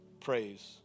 Praise